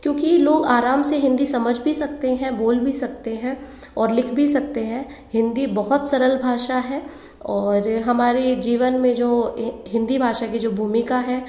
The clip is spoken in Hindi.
क्योंकि लोग आराम से हिंदी समझ भी सकते हैं बोल भी सकते हैं और लिख भी सकते हैं हिंदी बहुत सरल भाषा है और हमारे जीवन में जो हिंदी भाषा की जो भूमिका है